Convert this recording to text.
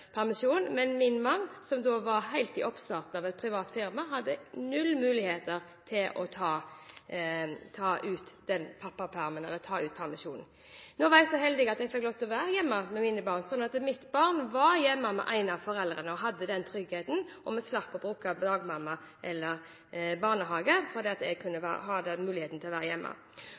null muligheter til å ta ut permisjon. Jeg var så heldig at jeg fikk være hjemme med mine barn. Mitt barn var hjemme med en av foreldrene, hadde den tryggheten, og vi slapp å bruke dagmamma eller barnehage, fordi jeg hadde muligheten til å være hjemme. Statsråden snakker som om alle jobber i offentlig sektor. Mitt spørsmål er: Ser ikke statsråden den urimeligheten at det går ut over barna når man som privat næringsdrivende, f.eks. i enkeltmannsforetak, ikke har muligheten til å